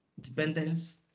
dependence